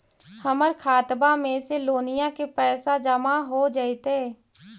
हमर खातबा में से लोनिया के पैसा जामा हो जैतय?